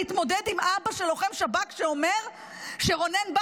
מסוגלת להתמודד עם אבא של לוחם שב"כ שאומר שרונן בר